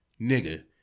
nigga